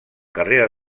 carrera